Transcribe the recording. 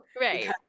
Right